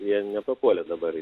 jie nepapuolė dabar į